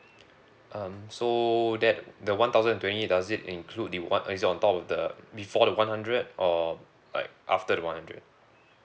um so that the one thousand and twenty eight does it include the one is it on top of the before the one hundred or like after the one hundred